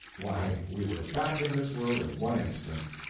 why, we were back in this world in one instant!